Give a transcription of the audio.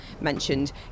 mentioned